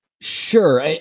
Sure